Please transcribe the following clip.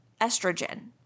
estrogen